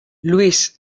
louis